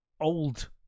old